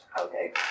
Okay